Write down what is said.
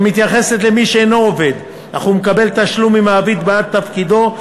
שמתייחסת למי שאינו עובד אך מקבל תשלום ממעביד בעד תפקידו,